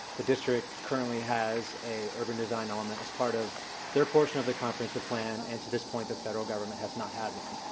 the district currently has an urban design element as part of their portion of the comprehensive plan, and to this point the federal government has not had one.